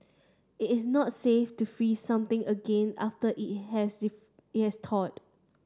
it is not safe to freeze something again after has it has thawed